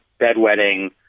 bedwetting